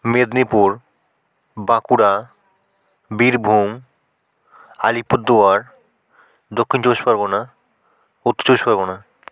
Medinipur Bankura Birbhum Alipurduar Dakshin Chabbish Pargana Uttar Chabbish Pargana